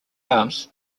arms